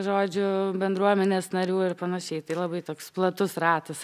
žodžiu bendruomenės narių ir panašiai tai labai toks platus ratas